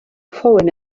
foreign